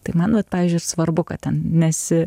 tai man vat pavyzdžiui svarbu kad ten nesi